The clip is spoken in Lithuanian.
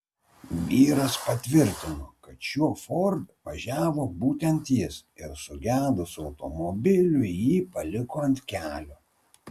vyras patvirtino kad šiuo ford važiavo būtent jis ir sugedus automobiliui jį paliko ant kelio